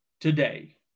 today